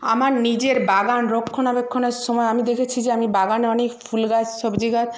আমার নিজের বাগান রক্ষণাবেক্ষণের সময় আমি দেখেছি যে আমি বাগানে অনেক ফুল গাছ সবজি গাছ